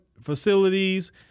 facilities